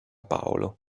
paolo